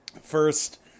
First